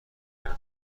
کرده